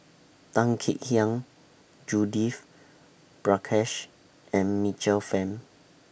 Tan Kek Hiang Judith Prakash and Michael Fam